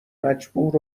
مجبور